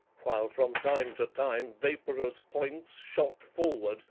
while from time to time vaporous points shot forward,